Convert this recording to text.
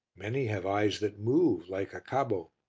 many have eyes that move like acabbo.